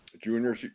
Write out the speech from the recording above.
junior